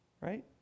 right